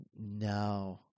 No